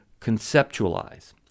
conceptualize